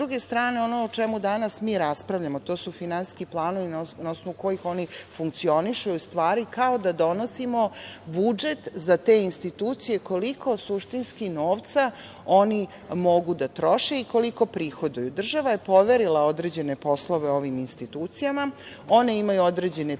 S druge strane, ono o čemu mi danas raspravljamo to su finansijski planovi na osnovu kojih oni funkcionišu i u stvari kao da donosimo budžet za te institucije koliko suštinski novca oni mogu da troše i koliko prihoduju. Država je poverila određene poslove u ovim institucijama. One imaju određene prihode